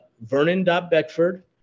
vernon.beckford